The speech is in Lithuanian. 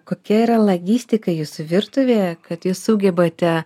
kokia yra logistika jis virtuvėje kad jūs sugebate